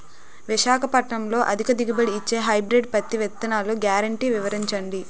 విశాఖపట్నంలో అధిక దిగుబడి ఇచ్చే హైబ్రిడ్ పత్తి విత్తనాలు గ్యారంటీ వివరించండి?